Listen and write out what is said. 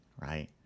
right